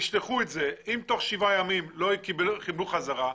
ישלחו את זה ואם תוך שבעה ימים לא קיבלו בחזרה,